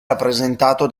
rappresentato